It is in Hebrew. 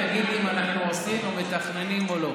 ותגיד לי אם אנחנו עושים או מתכננים או לא,